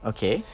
Okay